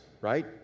right